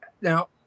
Now